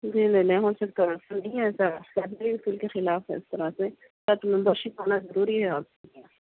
جی نہیں نہیں ہو سکتا ایسا لائبریری کے اصول کے خلاف ہے اس طرح سے ساتھ ممبر شپ ہونا ضروری ہے آپ کی یہاں